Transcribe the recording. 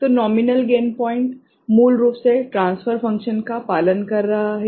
तो nominal gain point मूल रूप से ट्रान्सफर फ़ंक्शन का पालन कर रहा है